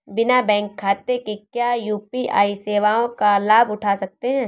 बिना बैंक खाते के क्या यू.पी.आई सेवाओं का लाभ उठा सकते हैं?